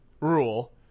rule